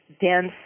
dense